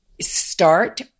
start